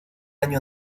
año